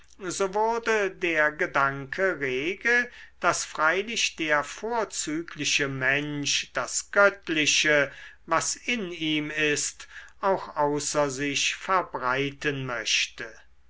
so wurde der gedanke rege daß freilich der vorzügliche mensch das göttliche was in ihm ist auch außer sich verbreiten möchte